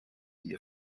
ihr